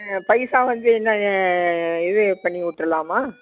ஆ பைசா வந்து என்ன இது பண்ணி விட்ருலாமா